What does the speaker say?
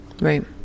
Right